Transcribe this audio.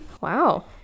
Wow